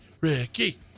Ricky